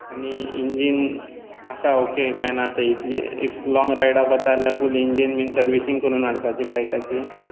आनी इंजीन आसा ओके काय ना तें इतल्या लाँग रायडाक वता जाल्यार फूल इंजीन बी सर्विसींग करून हाडपाची बायकाची